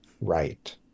right